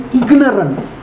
ignorance